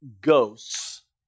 ghosts